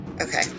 Okay